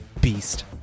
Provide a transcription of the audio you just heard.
beast